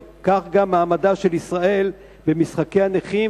וכך גם מעמדה של ישראל במשחקי הנכים,